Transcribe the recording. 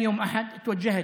לא חוק התכנון והבנייה,